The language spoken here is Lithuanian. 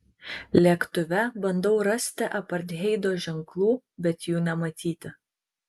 lėktuve bandau rasti apartheido ženklų bet jų nematyti